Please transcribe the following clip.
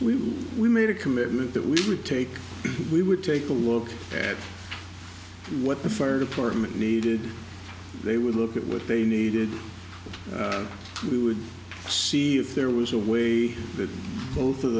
we we made a commitment that we would take it we would take a look at what the fire department needed they would look at what they needed we would see if there was a way that both of